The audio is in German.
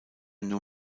nur